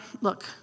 look